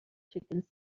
chicken